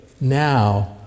now